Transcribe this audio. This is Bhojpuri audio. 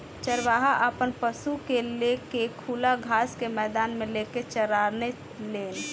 चरवाहा आपन पशु के ले के खुला घास के मैदान मे लेके चराने लेन